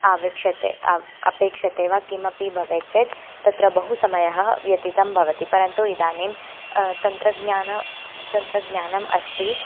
अपेक्षते आव् अपेक्षते वा किमपि भवेत् चेत् तत्र बहु समयः व्यतीतः भवति परन्तु इदानीं तन्त्रज्ञानं तन्त्रज्ञानम् अस्ति